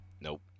nope